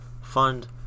fund